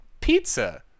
pizza